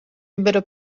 ebbero